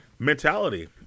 mentality